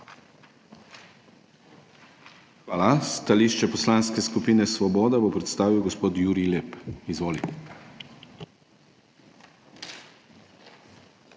Hvala. Stališče Poslanske skupine Svoboda bo predstavil gospod Jurij Lep. Izvoli.